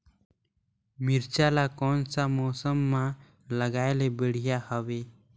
मिरचा ला कोन सा मौसम मां लगाय ले बढ़िया हवे